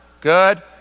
Good